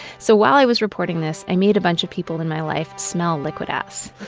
so while i was reporting this, i made a bunch of people in my life smell liquid ass.